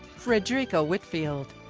fredricka whitfield.